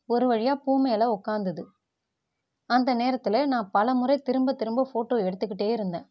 ஒரு வழியாக பூமேல் உக்காந்தது அந்த நேரத்தில் நான் பலமுறை திரும்பத் திரும்ப ஃபோட்டோ எடுத்துக்கிட்டே இருந்தேன்